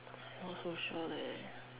not so sure leh